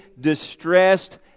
distressed